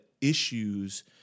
issues